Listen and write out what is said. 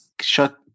shut